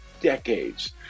decades